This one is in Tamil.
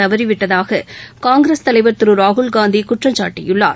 தவறிவிட்டதாக காங்கிரஸ் தலைவர் திரு ராகுல் காந்தி குற்றம் சாட்டியுள்ளார்